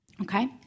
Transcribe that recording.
Okay